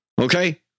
Okay